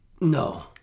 No